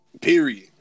period